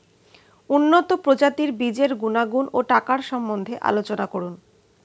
উন্নত প্রজাতির বীজের গুণাগুণ ও টাকার সম্বন্ধে আলোচনা করুন